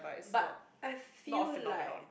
but I feel like